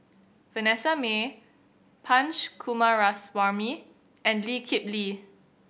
Vanessa Mae Punch Coomaraswamy and Lee Kip Lee